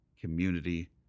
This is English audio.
community